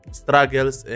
struggles